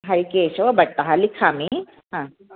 हरिकेशवभट्टः लिखामि ह